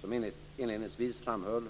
Som jag inledningsvis framhöll